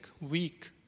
weak